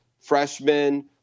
freshmen